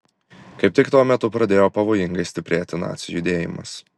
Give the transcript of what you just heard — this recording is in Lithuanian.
kaip tik tuo metu pradėjo pavojingai stiprėti nacių judėjimas